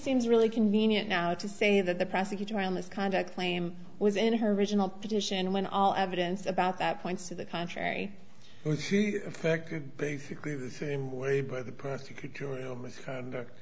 seems really convenient now to say that the prosecutorial misconduct claim was in her original petition when all evidence about that points to the contrary was affected basically the same way by the prosecutorial misconduct